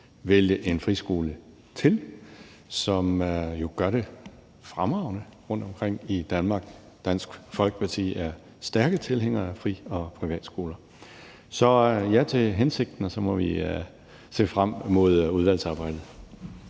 vælge en friskole til, som jo gør det fremragende rundtomkring i Danmark. Dansk Folkeparti er stærke tilhængere af fri- og privatskoler. Så der er et ja til hensigten, og så må vi se frem mod udvalgsarbejdet.